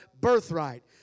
birthright